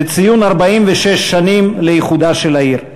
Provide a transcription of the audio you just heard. לציון 46 שנים לאיחודה של העיר.